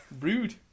Rude